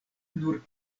nur